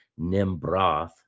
Nimbroth